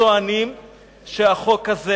הם טוענים שהחוק הזה,